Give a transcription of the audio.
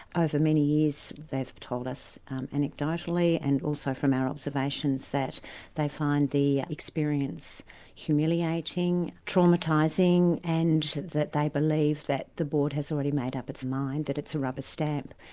over many years they've told us anecdotally and also from our observations, that they find the experience humiliating, traumatising and that they believe that the board has already made up its mind, that it's a rubber stamp.